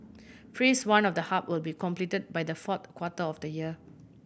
Phase One of the hub will be completed by the fourth quarter of the year